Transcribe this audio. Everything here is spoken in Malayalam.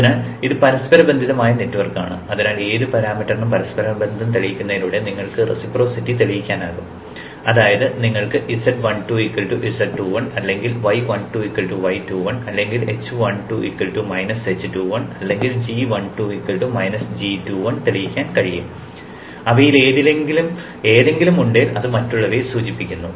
അതിനാൽ ഇത് പരസ്പരബന്ധിതമായ നെറ്റ്വർക്കാണ് അതിനാൽ ഏത് പാരാമീറ്ററിനും പരസ്പരബന്ധം തെളിയിക്കുന്നതിലൂടെ നിങ്ങൾക്ക് റെസിപ്രോസിറ്റി തെളിയിക്കാനാകും അതായത് നിങ്ങൾക്ക് z12 z21 അല്ലെങ്കിൽ y12 y21 അല്ലെങ്കിൽ h12 h21 അല്ലെങ്കിൽ g12 g21 തെളിയിക്കാൻ കഴിയും അവയിലേതെങ്കിലും ഉണ്ടേൽ അത് മറ്റുള്ളവയെ സൂചിപ്പിക്കുന്നു